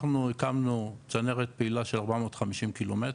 אנחנו הקמנו צנרת פעילה של 450 קילומטר,